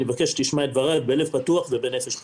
אני מבקש שתשמע את דברי בלב פתוח ונפש חפצה.